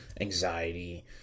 anxiety